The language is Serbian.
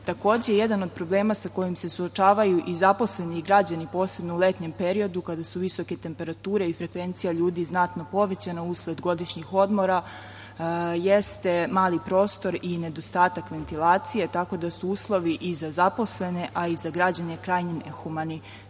jedan od problema sa kojima se suočavaju i zaposleni i građani, posebno u letnjem periodu kada su visoke temperature i frekvencija ljudi znatno povećana usled godišnjih odmora jeste mali prostor i nedostatak ventilacije, tako da su uslovi i za zaposlene, a i za građane krajnje nehumani.